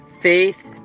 faith